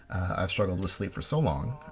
i've struggled with sleep for so long.